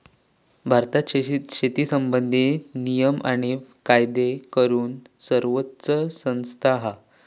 भारतात शेती संबंधित नियम आणि कायदे करूक सर्वोच्च संस्था हा